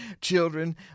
Children